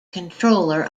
controller